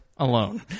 Alone